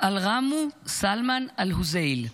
על רמו סלמאן אלהוזייל,